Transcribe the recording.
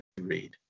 read